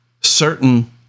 certain